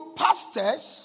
pastors